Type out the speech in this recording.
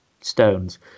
Stones